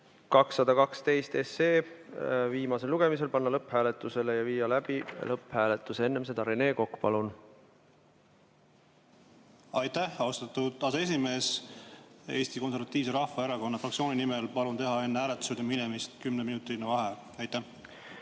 212 viimasel lugemisel panna lõpphääletusele ja viia läbi lõpphääletus. Enne seda Rene Kokk, palun! Aitäh, austatud aseesimees! Eesti Konservatiivse Rahvaerakonna fraktsiooni nimel palun teha enne hääletusele minemist kümneminutiline vaheaeg.